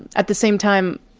at the same time,